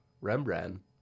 Rembrandt